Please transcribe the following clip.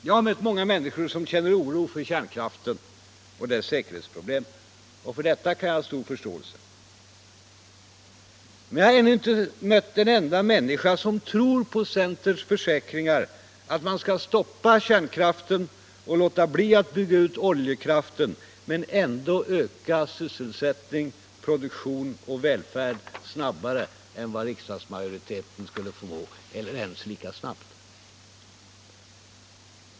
Jag har mött många människor som känner oro för kärnkraften och dess säkerhetsproblem. För detta kan jag ha stor förståelse. Men jag har ännu inte mött en enda människa som tror på centerns försäkringar att man skall stoppa kärnkraften och låta bli att bygga ut oljekraften, men ändå öka sysselsättning, produktion och välfärd snabbare än vad riksdagsmajoriteten skulle förmå eller ens lika snabbt.